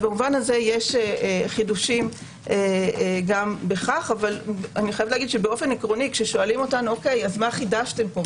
יש חידושים גם בכך אבל עקרונית כששואלים אותנו: מה חידשתם פה?